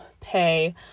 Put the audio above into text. pay